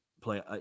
play